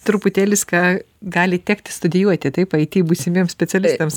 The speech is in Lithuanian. truputėlis ką gali tekti studijuoti taip it būsimiems specialistams